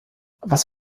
was